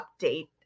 update